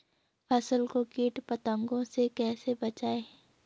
फसल को कीट पतंगों से कैसे बचाएं?